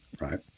Right